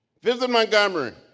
visit montgomery,